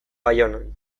baionan